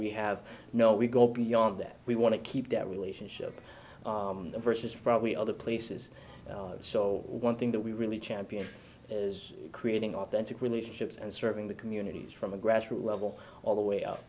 we have no we go beyond that we want to keep that relationship versus probably other places so one thing that we really champion is creating authentic relationships and serving the communities from a grassroots level all the way